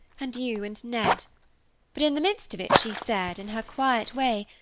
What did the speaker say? and you, and ned but in the midst of it she said, in her quiet way,